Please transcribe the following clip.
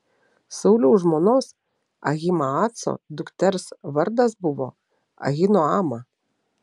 sauliaus žmonos ahimaaco dukters vardas buvo ahinoama